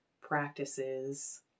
practices